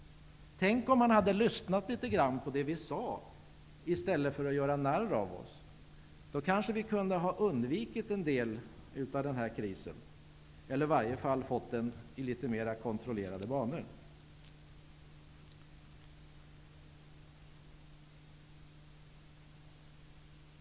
Tänk om man hade lyssnat litet grand på det vi sade i stället för att göra narr av oss. Då kanske vi kunde ha undvikit en del av den här krisen, eller i varje fall fått den i litet mer kontrollerade banor.